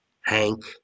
Hank